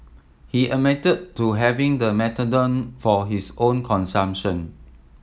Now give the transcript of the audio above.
he admitted to having the methadone for his own consumption